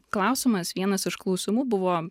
klausimas vienas iš klausimų buvo